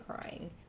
crying